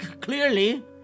Clearly